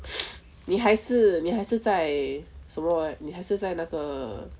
你还是你还是在什么 right 你还是在那个